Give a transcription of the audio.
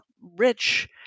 rich